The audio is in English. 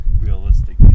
realistic